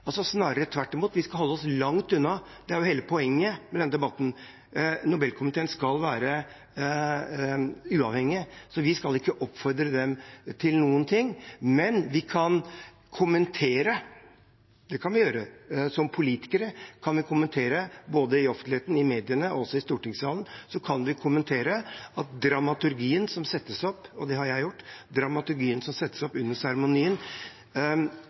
Snarere tvert imot – vi skal holde oss langt unna. Det er jo hele poenget med denne debatten. Nobelkomiteen skal være uavhengig, så vi skal ikke oppfordre dem til noen ting. Men som politikere kan vi, både i offentligheten, i mediene og også i stortingssalen, kommentere – og det har jeg gjort – at dramaturgien som settes opp under seremonien, formelt sett er helt riktig, men at slik den leses fra Kina, og